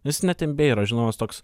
jis net nba yra žinomas toks